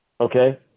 okay